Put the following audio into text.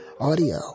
audio